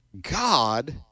god